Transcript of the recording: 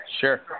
Sure